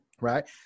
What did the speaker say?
right